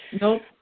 nope